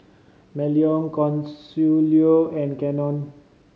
Melony Consuelo and Cannon